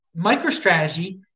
MicroStrategy